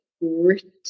written